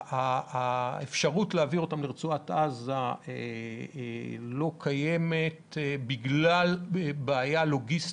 האפשרות להעביר אותם לרצועת עזה לא קיימת בגלל בעיה לוגיסטית,